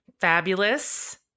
Fabulous